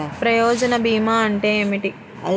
ప్రయోజన భీమా అంటే ఏమిటి?